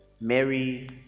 mary